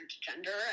gender